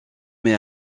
mais